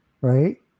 Right